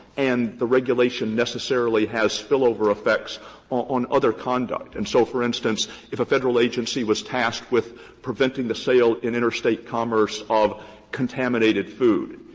and the regulation necessarily has spillover effects on other conduct. and so for instance, if a federal agency was tasked with preventing the sale in interstate commerce of contaminated food,